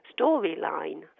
storyline